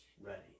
ready